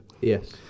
Yes